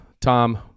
tom